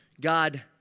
God